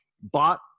bought